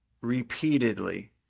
repeatedly